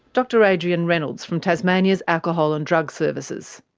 dr adrian reynolds, from tasmania's alcohol and drug services.